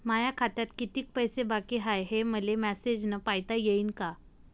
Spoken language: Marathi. माया खात्यात कितीक पैसे बाकी हाय, हे मले मॅसेजन पायता येईन का?